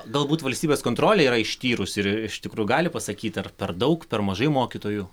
galbūt valstybės kontrolė yra ištyrus ir iš tikrųjų gali pasakyt ar per daug per mažai mokytojų